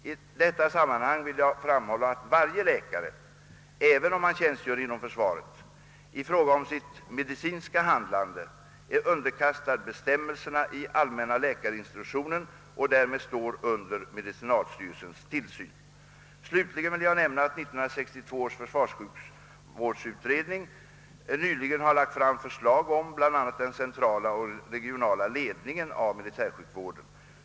I detta sammanhang vill jag framhålla att varje läkare — även om han tjänstgör inom försvaret — i fråga om sitt medicinska handlande är underkastad bestämmelserna i allmänna läkar instruktionen och därmed står under medicinalstyrelsens tillsyn. Slutligen vill jag nämna att 1962 års försvarssjukvårdsutredning nyligen har lagt fram förslag om bl.a. den centrala och regionala ledningen av militärsjukvården.